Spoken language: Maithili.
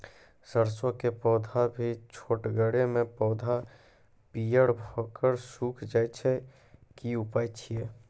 सरसों के पौधा भी छोटगरे मे पौधा पीयर भो कऽ सूख जाय छै, की उपाय छियै?